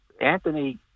Anthony